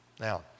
Now